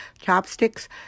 chopsticks